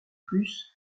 plus